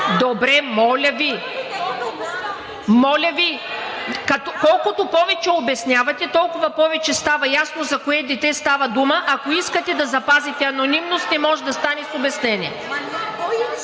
Добре. Моля Ви! Колкото повече обяснявате, толкова повече става ясно за кое дете става дума, ако искате да запазите анонимност, не може да стане с обяснение.